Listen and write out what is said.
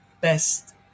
best